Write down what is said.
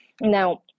Now